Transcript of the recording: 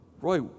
Roy